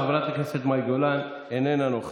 חברת הכנסת מאי גולן, איננה נוכחת,